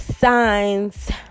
signs